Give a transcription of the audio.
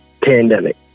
pandemic